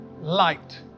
Light